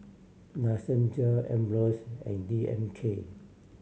La Senza Ambros and D M K